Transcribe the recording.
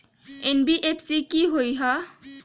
NBFC कि होअ हई?